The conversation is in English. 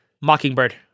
Mockingbird